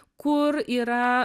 kur yra